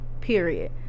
period